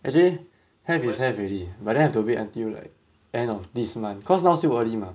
actually have is have already but then have to wait until like end of this month because now still early mah